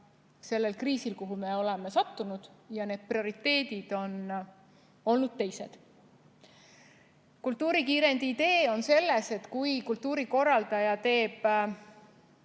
sellel kriisil, kuhu me oleme sattunud. Prioriteedid on olnud teised. Kultuurikiirendi idee seisneb selles, et kui kultuurikorraldaja teeb